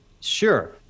Sure